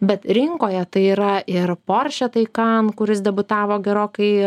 bet rinkoje tai yra ir porše taikan kuris debiutavo gerokai